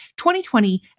2020